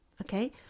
Okay